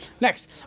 Next